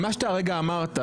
ומה שאתה הרגע אמרת,